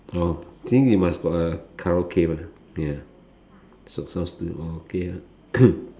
orh sing you must uh karaoke mah ya okay lah